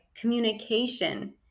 communication